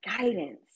guidance